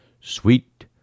Sweet